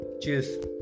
Cheers